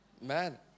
man